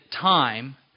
time